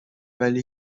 ولی